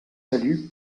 value